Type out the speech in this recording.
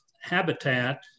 habitat